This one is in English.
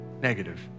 negative